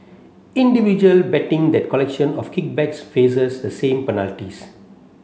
individual betting the collection of kickbacks faces the same penalties